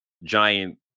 giant